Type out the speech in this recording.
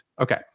Okay